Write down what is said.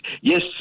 Yes